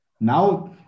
Now